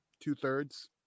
two-thirds